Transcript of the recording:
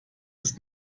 ist